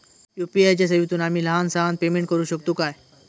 UPI च्या सेवेतून आम्ही लहान सहान पेमेंट करू शकतू काय?